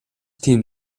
тийм